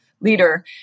leader